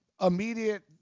immediate